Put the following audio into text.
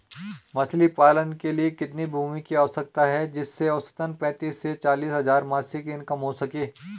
मछली पालन के लिए कितनी भूमि की आवश्यकता है जिससे औसतन पैंतीस से चालीस हज़ार मासिक इनकम हो सके?